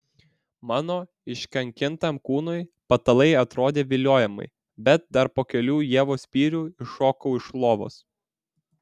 mano iškankintam kūnui patalai atrodė viliojamai bet dar po kelių ievos spyrių iššokau iš lovos